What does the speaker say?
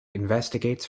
investigates